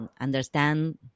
understand